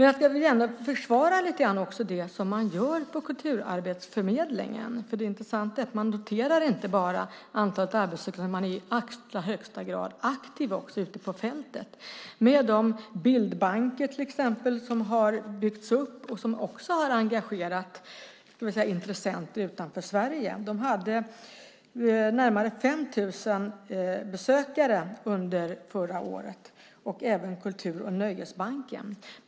Jag ska också försvara det som man gör på Kulturarbetsförmedlingen. Det intressanta är att man inte bara noterar antalet arbetssökande. Man är i allra högsta grad aktiv också ute på fältet, till exempel med bildbanker som har byggts upp och som också har engagerat intressenter utanför Sverige. Man hade närmare 5 000 besökare under förra året. Det handlar även om kultur och nöjesbanken.